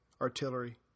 artillery